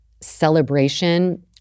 celebration